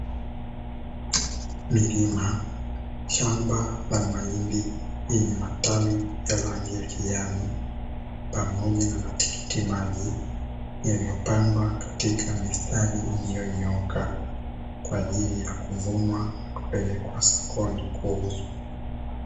Milima, shamba la mahindi lenye matawi ya rangi ya kijani pamoja na matikiti maji, yaliyopandwa katika mistari iliyonyooka kwa ajili ya kuvunwa, kupelekwa sokoni kuuzwa.